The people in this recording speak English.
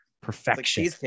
perfection